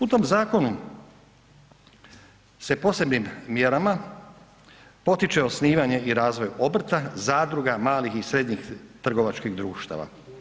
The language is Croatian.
U tom zakonu se posebnim mjerama potiče osnivanje i razvoj obrta, zadruga, malih i srednjih trgovačkih društava.